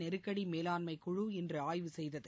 நெருக்கடி மேலாண்மைக் குழு இன்று ஆய்வு செய்தது